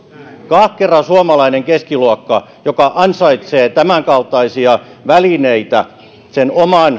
ahkerasta suomalaisesta keskiluokasta joka ansaitsee tämänkaltaisia välineitä sen oman